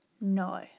no